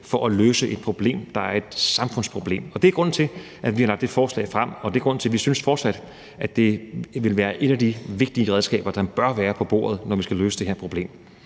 for at løse et problem, der er et samfundsproblem. Og det er grunden til, at vi har lagt det forslag frem, og det er grunden til, at vi fortsat synes, at det vil være et af de vigtige redskaber, der bør være på bordet, når man skal løse det her problem.